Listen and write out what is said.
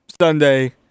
Sunday